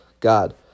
God